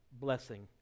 Blessing